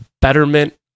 betterment